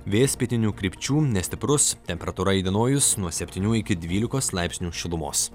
vėjas pietinių krypčių nestiprus temperatūra įdienojus nuo septynių iki dvylikos laipsnių šilumos